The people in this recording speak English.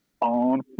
on